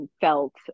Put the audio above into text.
felt